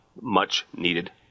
much-needed